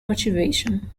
motivation